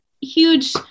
huge